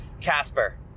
Casper